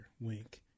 Wink